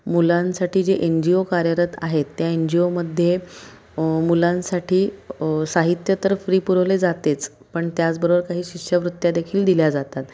मुलांसाठी जे N G O कार्यरत आहेत त्या एन जी ओमध्ये मुलांसाठी साहित्य तर फ्री पुरवले जातेच पण त्याचबरोबर काही शिष्यवृत्त्या देखील दिल्या जातात